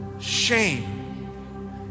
Shame